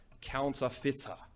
counterfeiter